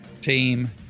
team